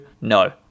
No